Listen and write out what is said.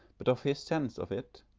but of his sense of it,